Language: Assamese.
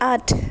আঠ